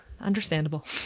understandable